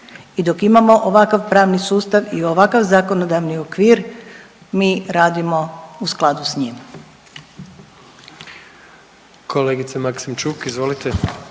i dok imamo ovakav pravni sustav i ovakav zakonodavni okvir mi radimo u skladu s njim.